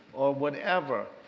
whatever.